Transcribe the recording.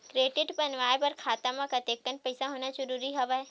Credit बनवाय बर खाता म कतेकन पईसा होना जरूरी हवय?